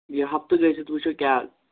یہِ ہَفتہٕ گٔژھِتھ وٕچھو کیٛاہ